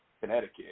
Connecticut